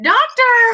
Doctor